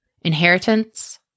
inheritance